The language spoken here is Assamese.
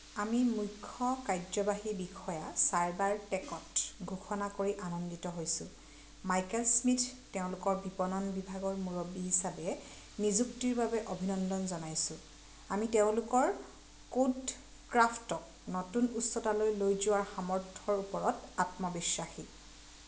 আমি মুখ্য কাৰ্যবাহী বিষয়া চাইবাৰ টেকত ঘোষণা কৰি আনন্দিত হৈছোঁ মাইকেল স্মিথ তেওঁলোকৰ বিপণন বিভাগৰ মুৰব্বী হিচাপে নিযুক্তিৰ বাবে অভিনন্দন জনাইছোঁ আমি তেওঁলোকৰ কোট ক্ৰাফ্টক নতুন উচ্চতালৈ লৈ যোৱাৰ সামৰ্থ্যৰ ওপৰত আত্মবিশ্বাসী